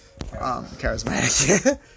charismatic